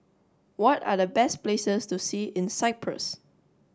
what are the best places to see in Cyprus